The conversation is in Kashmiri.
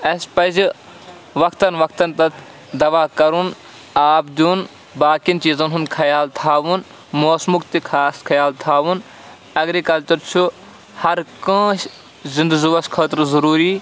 اَسہِ پَزِ وَقتَن وَقتَن تَتھ دَوا کَرُن آب دیُن باقیَن چیٖزَن ہُںٛد خیال تھاوُن موسمُک تہِ خاص خیال تھاوُن ایٚگرِکَلچَر چھُ ہَر کٲنٛسہِ زِندٕ زُوَس خٲطرٕ ضروٗرۍ